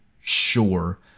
sure